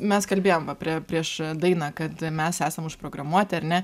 mes kalbėjom va prie prieš dainą kad mes esam užprogramuoti ar ne